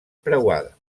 preuada